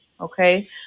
Okay